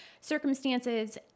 circumstances